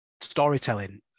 storytelling